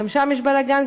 וגם שם יש בלגן,